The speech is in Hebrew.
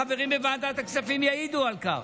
החברים בוועדת הכספים יעידו על כך.